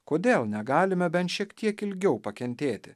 kodėl negalime bent šiek tiek ilgiau pakentėti